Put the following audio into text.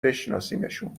بشناسیمشون